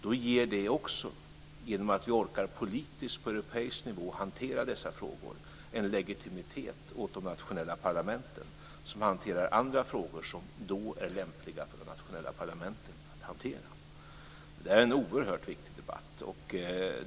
Då ger det också, genom att vi orkar politiskt på europeisk nivå hantera dessa frågor, en legitimitet åt de nationella parlamenten som hanterar andra frågor som då är lämpliga för de nationella parlamenten att hantera. Det här är en oerhört viktig debatt.